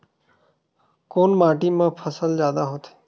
कोन माटी मा फसल जादा होथे?